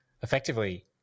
effectively